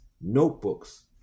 notebooks